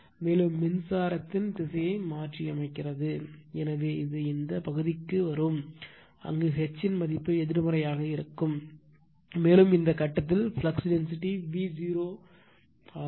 மேலும் மின்சாரத்தின் திசையை மாற்றியமைக்கிறது எனவே இது இந்த பகுதிக்கு வரும் அங்கு H மதிப்பு எதிர்மறையாக இருக்கும் மேலும் இந்த கட்டத்தில் ஃப்ளக்ஸ் டென்சிட்டி B 0 ஆகும்